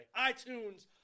iTunes